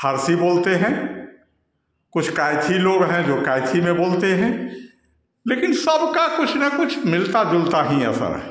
फ़ारसी बोलते हैं कुछ कैथी लोग हैं जो कैथी में बोलते हैं लेकिन सबका कुछ ना कुछ मिलता जुलता ही असर है